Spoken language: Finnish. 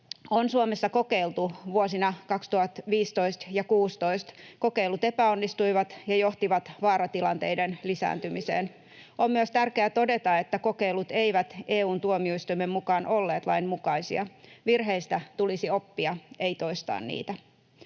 on Suomessa kokeiltu vuosina 2015 ja 2016. Kokeilut epäonnistuivat ja johtivat vaaratilanteiden lisääntymiseen. On myös tärkeää todeta, että kokeilut eivät EU:n tuomioistuimen mukaan olleet lainmukaisia. Virheistä tulisi oppia, ei toistaa niitä.